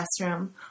classroom